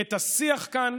את השיח כאן